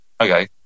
Okay